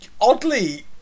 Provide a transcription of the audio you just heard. oddly